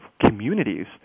communities